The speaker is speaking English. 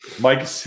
Mike